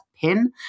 PIN